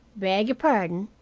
beg y'pardon.